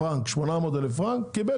"800,000 פרנק", וקיבל